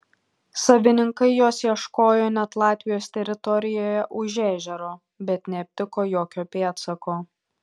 savininkai jos ieškojo net latvijos teritorijoje už ežero bet neaptiko jokio pėdsako